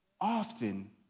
often